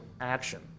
action